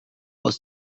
aus